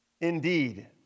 indeed